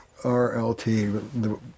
RLT